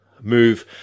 move